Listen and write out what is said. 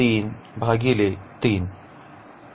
तर हे आहे